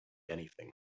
anything